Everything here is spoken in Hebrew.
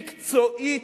מקצועית,